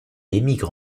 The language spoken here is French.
émigre